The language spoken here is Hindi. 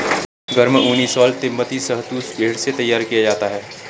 गर्म ऊनी शॉल तिब्बती शहतूश भेड़ से तैयार किया जाता है